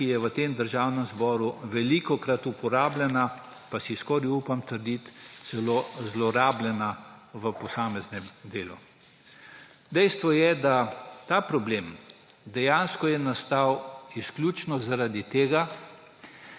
ki je v tem državnem zboru velikokrat uporabljena, pa si skoraj upam trditi, da celo zlorabljena v posameznem delu. Dejstvo je, da je ta problem dejansko nastal izključno zaradi tega,